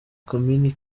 komini